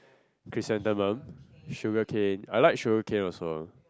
chrysanthemum sugar cane I like sugar cane also